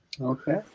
Okay